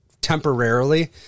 temporarily